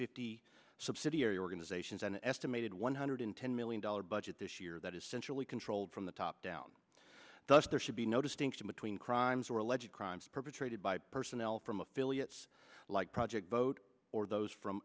fifty subsidiary organizations an estimated one hundred ten million dollars budget this year that essentially controlled from the top down thus there should be no distinction between crimes or alleged crimes perpetrated by personnel from affiliates like project vote or those from